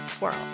world